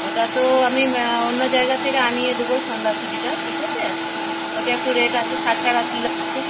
ওটা তো আমি অন্য জায়গার থেকে আনিয়ে দেব সন্ধাসুটীটা ঠিক আছেও ওটা একটু রেট আছে ষাট টাকা কিলো আছে